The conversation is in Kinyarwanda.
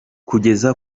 kugeza